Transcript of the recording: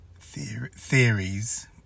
theories